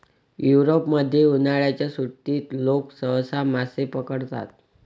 युरोपमध्ये, उन्हाळ्याच्या सुट्टीत लोक सहसा मासे पकडतात